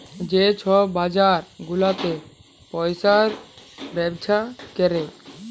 যে ছব বাজার গুলাতে পইসার ব্যবসা ক্যরে